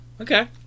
okay